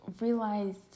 realized